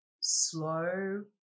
slow